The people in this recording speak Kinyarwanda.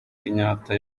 inyota